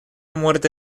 muerte